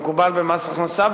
כמקובל במס הכנסה,